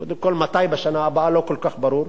קודם כול, מתי בשנה הבאה, לא כל כך ברור.